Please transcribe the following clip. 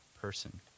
person